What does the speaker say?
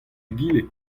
egile